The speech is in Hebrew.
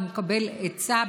הוא מקבל עצה,